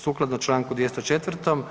Sukladno čl. 204.